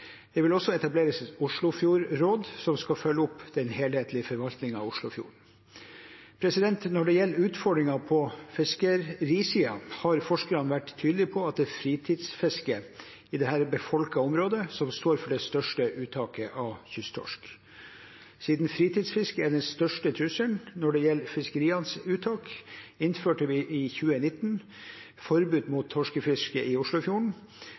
Det vil også etableres et Oslofjordråd som skal følge opp den helhetlige forvaltningen av Oslofjorden. Når det gjelder utfordringen på fiskerisiden, har forskerne vært tydelige på at det er fritidsfisket i dette befolkede området som står for det største uttaket av kysttorsk. Siden fritidsfisket er den største trusselen når det gjelder fiskerienes uttak, innførte vi i 2019 forbud mot torskefiske i Oslofjorden